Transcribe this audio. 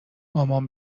مامان